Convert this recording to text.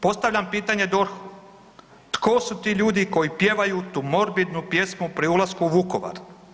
Postavljam pitanje DORH-u, tko su ti ljudi koji pjevaju tu morbidnu pjesmu pri ulasku u Vukovar?